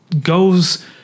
goes